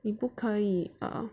你不可以 err